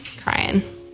crying